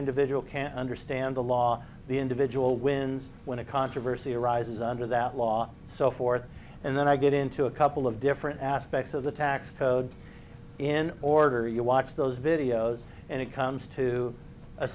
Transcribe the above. individual can't understand the law the individual wins when a controversy arises under that law so forth and then i get into a couple of different aspects of the tax code in order you watch those videos and it comes to a